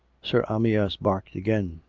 sir amyas barked again.